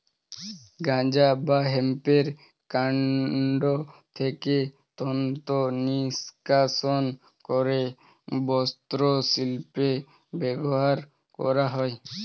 গাঁজা বা হেম্পের কান্ড থেকে তন্তু নিষ্কাশণ করে বস্ত্রশিল্পে ব্যবহার করা হয়